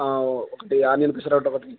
ఒకటి ఆనిపిస్తార ఒకట ఒకటి